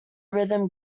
rhythm